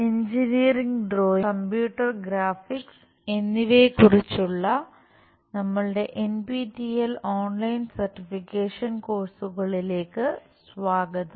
engineering drawing computer graphics എന്നിവയെക്കുറിച്ചുള്ള നമ്മളുടെ NPTEL online certification കോഴ്സുകളിലേക്ക് സ്വാഗതം